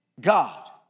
God